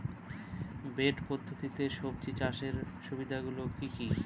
Bed পদ্ধতিতে সবজি চাষের সুবিধাগুলি কি কি?